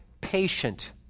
patient